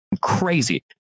crazy